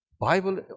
Bible